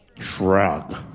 Shrug